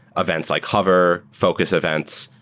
events like hover, focus events,